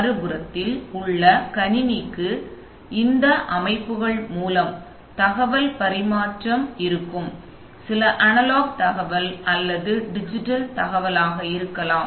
மறுபுறத்தில் உள்ள கணினிக்கு எனவே இந்த அமைப்புகள் மூலம் தகவல் பரிமாற்றம் இருக்கும் சில அனலாக் தகவல் அல்லது சில டிஜிட்டல் தகவலாக இருக்கலாம்